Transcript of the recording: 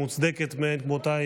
המוצדקת מאין כמותה,